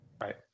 Right